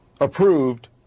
approved